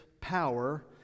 power